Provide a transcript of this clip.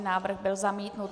Návrh byl zamítnut.